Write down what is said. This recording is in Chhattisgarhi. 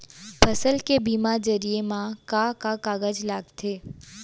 फसल के बीमा जरिए मा का का कागज लगथे?